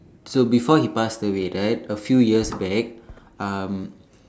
so before he pass away right a few years back